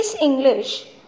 English